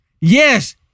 Yes